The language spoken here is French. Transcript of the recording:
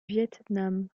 vietnam